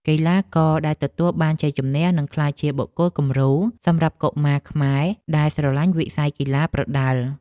កីឡាករដែលទទួលបានជ័យជំនះនឹងក្លាយជាបុគ្គលគំរូសម្រាប់កុមារខ្មែរដែលស្រឡាញ់វិស័យកីឡាប្រដាល់។